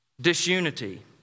disunity